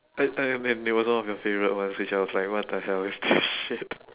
I I mean it was one of your favourite ones which I was like what the hell is this shit